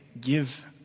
give